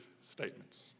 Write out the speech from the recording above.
statements